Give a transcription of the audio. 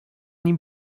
nim